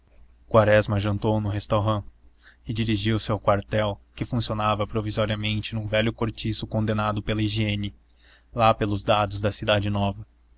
quaresma jantou num restaurant e dirigiu-se ao quartel que funcionava provisoriamente num velho cortiço condenado pela higiene lá pelos lados da cidade nova